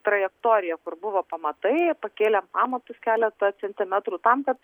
trajektoriją kur buvo pamatai pakėlėm pamatus keletą centimetrų tam kad